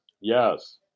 Yes